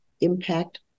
impact